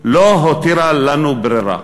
לא הותירה לנו ברירה.